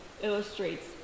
illustrates